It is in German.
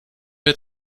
wer